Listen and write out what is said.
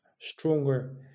stronger